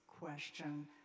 question